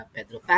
Pedro